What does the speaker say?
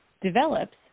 develops